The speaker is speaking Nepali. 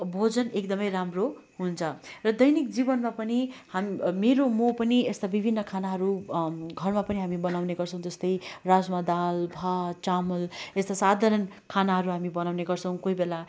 भोजन एकदमै राम्रो हुन्छ र दैनिक जीवनमा पनि हाम् मेरो म पनि यस्तो विभिन्न खानाहरू घरमा पनि हामी बनाउने गर्छौँ जस्तै राज्मा दाल भात चामल यस्तो साधारण खानाहरू हामी बनाउने गर्छौँ कोही बेला